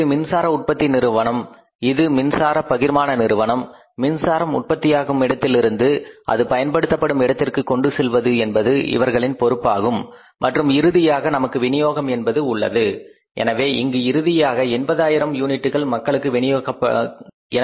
இது மின்சார உற்பத்தி நிறுவனம் இது மின்சார பகிர்மான நிறுவனம் மின்சாரம் உற்பத்தியாகும் இடத்திலிருந்து அது பயன்படுத்தப்படும் இடத்திற்கு கொண்டு செல்வது என்பது இவர்களின் பொறுப்பாகும் மற்றும் இறுதியாக நமக்கு வினியோகம் என்பது உள்ளது